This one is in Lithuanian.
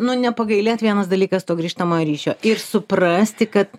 nu nepagailėt vienas dalykas to grįžtamojo ryšio ir suprasti kad